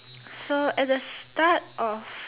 so at the start of